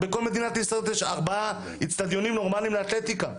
בכל מדינת ישראל יש ארבעה אצטדיונים נורמליים לאתלטיקה,